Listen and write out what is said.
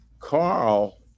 Carl